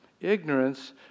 ignorance